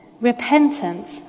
Repentance